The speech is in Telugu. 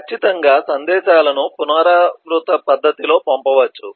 ఖచ్చితంగా సందేశాలను పునరావృత పద్ధతిలో పంపవచ్చు